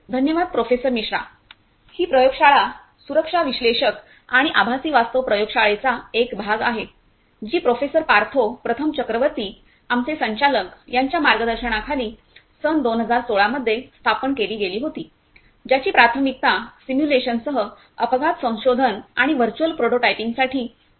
धन्यवाद प्रोफेसर मिश्रा ही प्रयोगशाळा सुरक्षा विश्लेषक आणि आभासी वास्तव प्रयोग शाळेचा एक भाग आहे जी प्रोफेसर पार्थो प्रथम चक्रवर्ती आमचे संचालक यांच्या मार्गदर्शनाखाली सन 2016 मध्ये स्थापन केली गेली होती ज्याची प्राथमिकता सिमुलेशनसह अपघात संशोधन आणि व्हर्च्युअल प्रोटोटाइपिंगसाठी होती